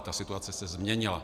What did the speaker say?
Ta situace se změnila.